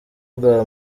bwa